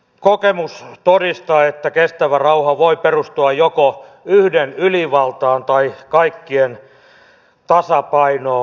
kokemus todistaa että kestävä rauha voi perustua joko yhden ylivaltaan tai kaikkien tasapainoon